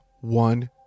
one